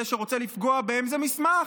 זה שרוצה לפגוע בהן זה מסמך?